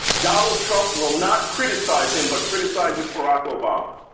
donald trump will not criticize him but criticizes barack obama.